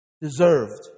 deserved